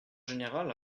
général